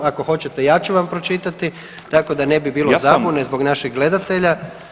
Ako hoćete ja ću vam pročitati tako da ne bi bilo zabune zbog naših gledatelja.